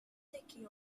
sticky